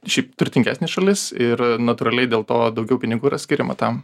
šiaip turtingesnė šalis ir natūraliai dėl to daugiau pinigų yra skiriama tam